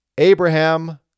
Abraham